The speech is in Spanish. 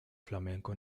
flamenco